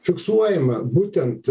fiksuojama būtent